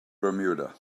bermuda